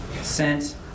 sent